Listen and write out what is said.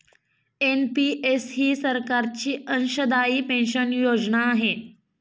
NPS ही सरकारची अंशदायी पेन्शन योजना आहे